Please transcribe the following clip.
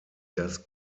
das